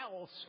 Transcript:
else